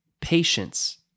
patience